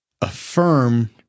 affirm